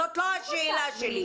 זאת לא השאלה שלי.